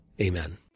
Amen